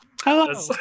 Hello